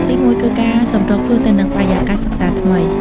ទីមួយគឺ ការសម្របខ្លួនទៅនឹងបរិយាកាសសិក្សាថ្មី។